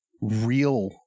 real